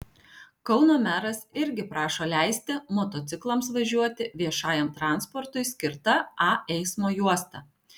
kauno meras irgi prašo leisti motociklams važiuoti viešajam transportui skirta a eismo juosta